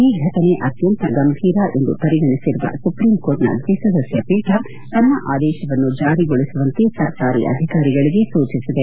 ಈ ಘಟನೆ ಅತ್ತಂತ ಗಂಭೀರ ಎಂದು ಪರಿಗಣಿಸಿರುವ ಸುಪ್ರೀಂ ಕೋರ್ಟ್ನ ದ್ವಿಸದಸ್ವ ಪೀಠ ತನ್ನ ಆದೇಶವನ್ನು ಜಾರಿಗೊಳಿಸುವಂತೆ ಸರ್ಕಾರಿ ಅಧಿಕಾರಿಗಳಿಗೆ ಸೂಚಿಸಿದೆ